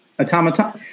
Automata